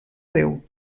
déu